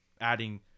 adding